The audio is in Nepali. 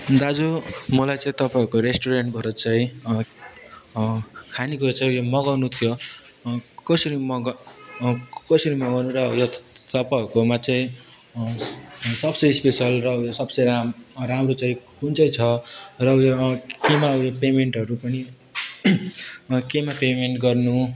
दाजु मलाई चाहिँ तपाईँहरूको रेस्टुरेन्टबाट चाहिँ खानेकुरा चाहिँ अब मगाउन थियो कसरी मगा कसरी मगाउनु यो तपाईँहरूकोमा चाहिँ सबसे स्पेसल र उयो सबसे राम राम्रो चाहिँ कुन चाहिँ छ र उयो केमा उयो पेमेन्टहरू पनि केमा पेमेन्ट गर्नु